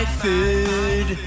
food